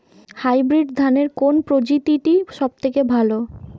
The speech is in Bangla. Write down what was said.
হাইব্রিড ধানের কোন প্রজীতিটি সবথেকে ভালো?